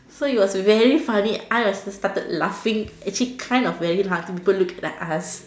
so it was very funny I and my sister started laughing actually kind of very hard people look at us